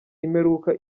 imperuka